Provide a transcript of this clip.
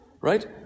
right